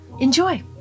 enjoy